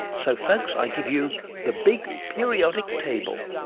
so folks i give you the big periodic table.